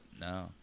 no